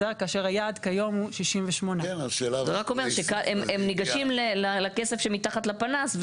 כאשר היעד כיום הוא 68%. זה רק אומר שהם ניגשים לכסף שמתחת לפנס,